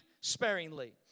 sparingly